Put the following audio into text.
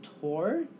Tour